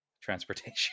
transportation